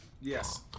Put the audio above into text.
Yes